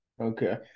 okay